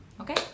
okay